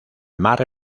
mar